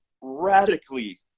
radically